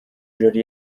jolly